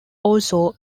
also